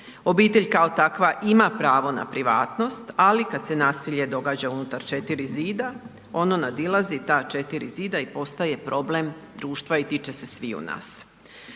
obitelj kao takva ima pravo na privatnost, ali kad se nasilje događa unutar četiri zida ono nadilazi ta četiri zida i postaje problem društva i tiče se sviju nas.